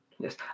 Yes